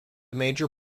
major